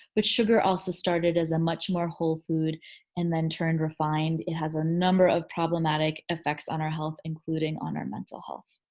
but sugar also started as a much more whole food and then turn refined. it has a number of problematic effects on our health including on our mental health.